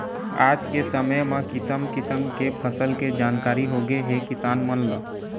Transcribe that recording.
आज के समे म किसम किसम के फसल के जानकारी होगे हे किसान मन ल